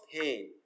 pain